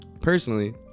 Personally